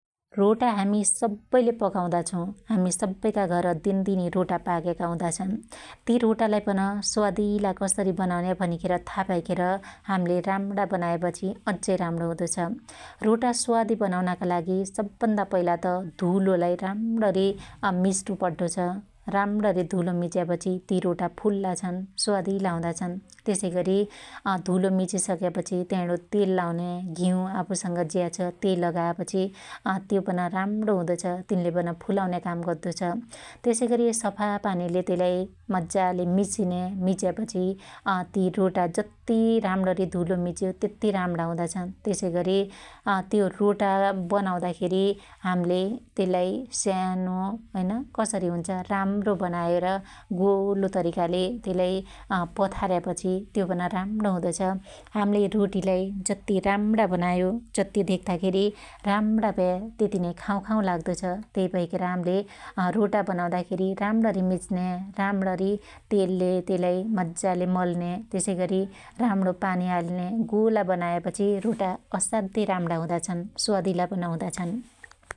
रोटा हामि सब्बैले पकाउदा छौ । हामी सबैका घर दिनदिनै पाक्याका हुदाछन्, ती रोटालाई पन स्वादीला कसरी बनाउन्या भनिखेर था पाईखेर हाम्ले राम्णा बनायापछि अझै राम्णो हुदो छ । रोटा स्वादि बनाउनका लागि सबभन्दा पहिला त धुलोलाई राम्णणी मिच्नु पड्ढो छ । राम्रणी धुलो मिचेयापछि ती रोटा फुल्ला छन् स्वादीला हुदाछन् । यसैगरी अ‍धुलो मिचिसक्यापछि त्याणो तेल लाउन्या घिँउ आफुसंग ज्या छ त्यई लगायापछि त्यो पन राम्णो हुदो छ । तीनले पन फुलाउन्या काम गद्दो छ । त्यसैगरी सफा पानीले त्यइलाई मज्जाले मिच्न्या मिच्यापछि अती रोटा जत्ती राम्णणी धुलो मिच्यो त्यती राम्णा हुदाछन् । त्यसैगरी अ तेयो रोटा बनाउदाखेरी हाम्ले त्यइलाई स्यानो हाईन कसरी हुन्छ राम्णो बनाएर गोलो तरिकाले त्यइलाई अपथार्यापछि त्यो पन राम्णो हुदो छ । हाम्ले रोटीलाई जत्ती राम्णा बनायो त्यत्ती धेक्ताखेरी राम्णा भ्या त्यती नै खाउखाउ लाग्दो छ । त्यई भैखेर हाम्ले रोटा बनाउदा खेरी राम्णणी मिच्न्या राम्णणी तेलले त्यइलाई मज्जाले मल्न्या त्यसैगरी राम्णो पानी हाल्न्या गोला बनायापछी रोटा असाध्यै राम्णा हुदाछन् । स्वादीला पन हुदा छन् ।